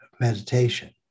meditation